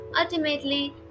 ultimately